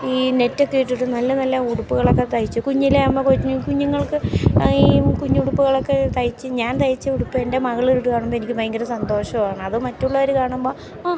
ഈ നെറ്റൊക്കെ ഇട്ടിട്ട് നല്ല നല്ല ഉടുപ്പുകളൊക്കെ തയ്ച്ചു കുഞ്ഞിലെ അമ്മ കുഞ്ഞു കുഞ്ഞുങ്ങൾക്ക് ഈ കുഞ്ഞുടുപ്പുകളൊക്കെ തയ്ച്ച് ഞാൻ തയച്ച് ഉടുപ്പ് എൻ്റെ മകൾ ഇട്ടു കാണുമ്പോൾ എനിക്ക് ഭയങ്കര സന്തോഷമാണ് അത് മറ്റുള്ളവർ കാണുമ്പോൾ ആ